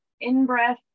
in-breath